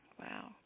Wow